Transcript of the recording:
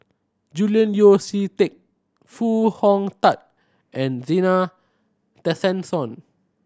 Julian Yeo See Teck Foo Hong Tatt and Zena Tessensohn